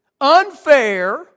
unfair